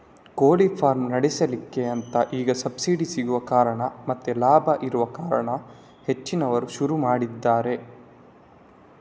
ಕೋಳಿ ಫಾರ್ಮ್ ನಡೆಸ್ಲಿಕ್ಕೆ ಅಂತ ಈಗ ಸಬ್ಸಿಡಿ ಸಿಗುವ ಕಾರಣ ಮತ್ತೆ ಲಾಭ ಇರುವ ಕಾರಣ ಹೆಚ್ಚಿನವರು ಶುರು ಮಾಡಿದ್ದಾರೆ